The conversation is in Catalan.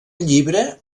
llibre